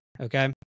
okay